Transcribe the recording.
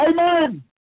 amen